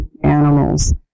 animals